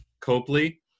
Copley